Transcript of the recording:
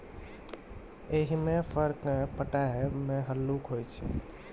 एहिमे फर केँ पटाएब मे हल्लुक होइ छै